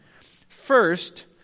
First